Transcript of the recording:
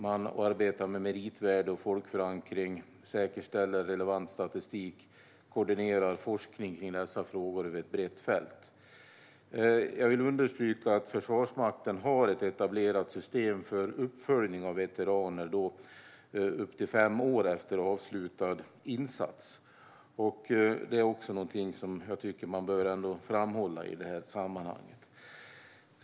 Man arbetar med meritvärde och folkförankring, säkerställer relevant statistik och koordinerar forskning i dessa frågor över ett brett fält. Jag vill understryka att Försvarsmakten har ett etablerat system för uppföljning av veteraner upp till fem år efter avslutad insats. Det är också något som bör framhållas i sammanhanget.